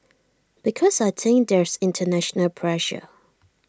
because I think there's International pressure